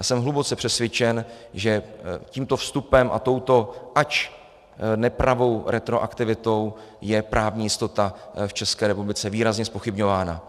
Já jsem hluboce přesvědčen, že tímto vstupem a touto, ač nepravou, retroaktivitou je právní jistota v České republice výrazně zpochybňována.